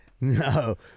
No